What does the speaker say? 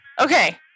Okay